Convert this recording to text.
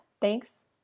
thanks